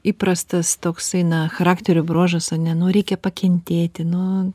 įprastas toksai na charakterio bruožas ane nu reikia pakentėti nu